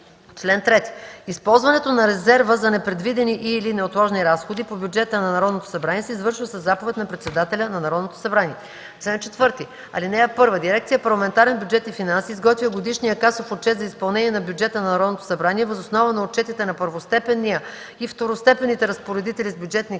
Чл. 3. Използването на резерва за непредвидени и/или неотложни разходи по бюджета на Народното събрание се извършва със заповед на председателя на Народното събрание. Чл. 4. (1) Дирекция „Парламентарен бюджет и финанси” изготвя годишния касов отчет за изпълнение на бюджета на Народното събрание въз основа на отчетите на първостепенния и второстепенните разпоредители с бюджетни кредити